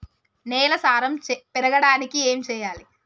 నేల సారం పెరగడానికి ఏం చేయాలి?